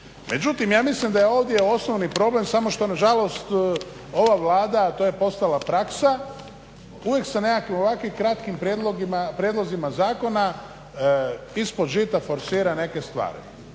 Međutim, ja mislim da je ovdje osnovni problem, samo što na žalost ova Vlada, a to je postala praksa uvijek sa nekakvim ovakvim kratkim prijedlozima zakona ispod žita forsira neke stvari.